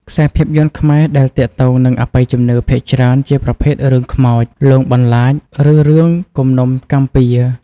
ខ្សែភាពយន្តខ្មែរដែលទាក់ទងនឹងអបិយជំនឿភាគច្រើនជាប្រភេទរឿងខ្មោច លងបន្លាច ឬរឿងគំនុំកម្មពៀរ។